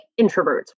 introverts